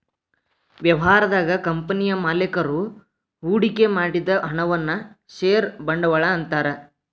ವ್ಯವಹಾರದಾಗ ಕಂಪನಿಯ ಮಾಲೇಕರು ಹೂಡಿಕೆ ಮಾಡಿದ ಹಣವನ್ನ ಷೇರ ಬಂಡವಾಳ ಅಂತಾರ